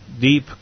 deep